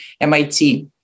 MIT